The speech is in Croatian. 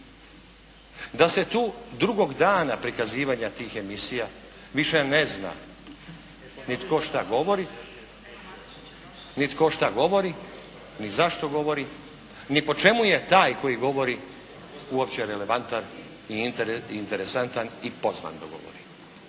Da se tu drugog dana prikazivanja tih emisija više ne zna ni tko šta govori ni zašto govori ni po čemu je taj koji govori uopće relevantan i interesantan i pozvan da govori.